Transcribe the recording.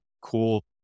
cool